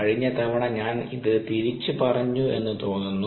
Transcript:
കഴിഞ്ഞ തവണ ഞാൻ ഇത് തിരിച്ചു പറഞ്ഞു എന്നു തോന്നുന്നു